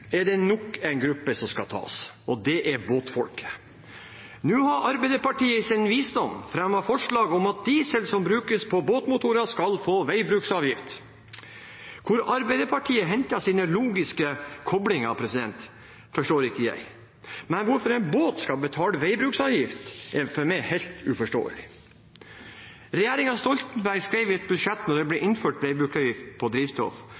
er det nok en gruppe som skal tas, og det er båtfolket. Nå har Arbeiderpartiet i sin visdom fremmet forslag om at diesel som brukes på båtmotorer, skal få veibruksavgift. Hvor Arbeiderpartiet henter sine logiske koblinger, forstår ikke jeg. Men hvorfor en båt skal betale veibruksavgift, er for meg helt uforståelig. Regjeringen Stoltenberg skrev i et budsjett da det ble innført veibruksavgift på drivstoff